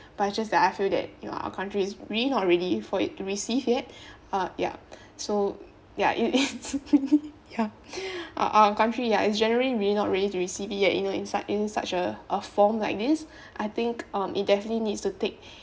but I just that I feel that you know our country is really not ready for it to receive yet uh ya so ya ya our country ya is generally not really ready to receive it yet you know in suc~ in such a form like this I think um it definitely needs to take